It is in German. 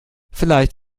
vielleicht